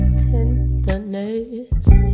tenderness